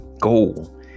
goal